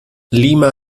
lima